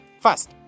First